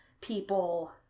people